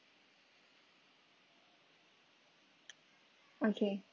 okay